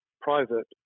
private